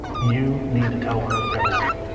you need to tell her everything.